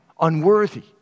unworthy